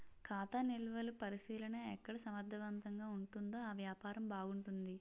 ఖాతా నిలువలు పరిశీలన ఎక్కడ సమర్థవంతంగా ఉంటుందో ఆ వ్యాపారం బాగుంటుంది